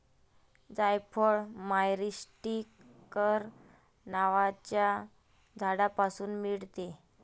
जायफळ मायरीस्टीकर नावाच्या झाडापासून मिळते